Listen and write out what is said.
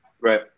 right